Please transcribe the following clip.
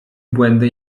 błędy